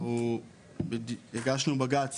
אנחנו הגשנו בג"ץ